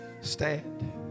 Stand